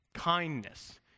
kindness